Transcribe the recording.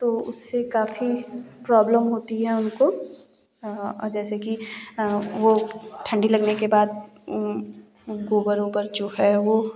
तो उससे काफ़ी प्रॉब्लम होती है उनको जैसे कि वह ठंडी लगने के बाद गोबर ओबर जो है वह